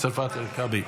במקום מטי צרפתי הרכבי.